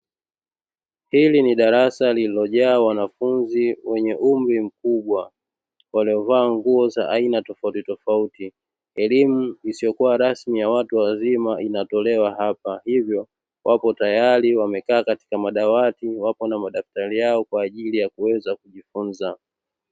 Hili ni darasa lililojaa wanafunzi wenye umri mkubwa waliovaa nguo za aina tofautitofauti. Elimu isiyokuwa rasmi ya watu wazima inatolewa hapa hivyo wapo tayari wamekaa katika madawati wapo na madaftari yao kwa ajili ya kuweza kujifunza.